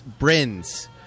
Brins